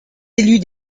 élus